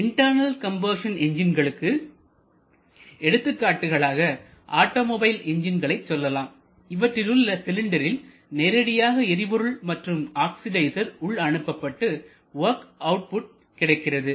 internal combustion என்ஜின்களுக்கு எடுத்துக்காட்டுகளாக automobile என்ஜின்களை சொல்லலாம் இவற்றிலுள்ள சிலிண்டரில் நேரடியாக எரிபொருள் மற்றும் ஆக்சிடைசேர் உள் அனுப்பப்பட்டு வொர்க் அவுட்புட் கிடைக்கிறது